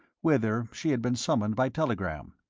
whither she had been summoned by telegram.